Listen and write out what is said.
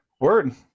Word